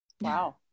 Wow